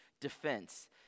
defense